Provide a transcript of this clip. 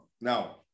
Now